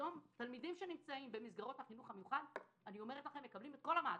היום תלמידים שנמצאים במסגרות החינוך המיוחד מקבלים את כל המעטפת.